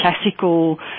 classical